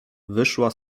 wyszła